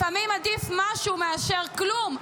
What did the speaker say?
לפעמים עדיף משהו מאשר כלום,